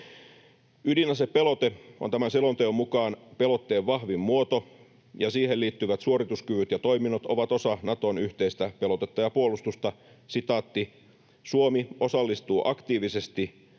Ydinasepelote on tämän selonteon mukaan pelotteen vahvin muoto ja siihen liittyvät suorituskyvyt ja toiminnot ovat osa Naton yhteistä pelotetta ja puolustusta. ”Suomi osallistuu aktiivisesti